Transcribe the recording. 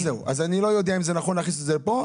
אני לא יודע אם זה נכון להכניס את זה פה,